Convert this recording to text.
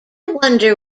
wonder